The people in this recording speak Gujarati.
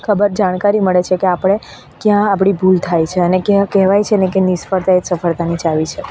ખબર જાણકારી મળે છે કે આપણે ક્યાં આપણી ભૂલ થાય છે અને કહેવાય છે ને કે નિષ્ફળતા એ જ સફળતાની ચાવી છે